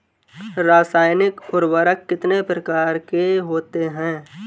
रासायनिक उर्वरक कितने प्रकार के होते हैं?